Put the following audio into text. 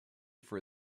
for